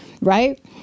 right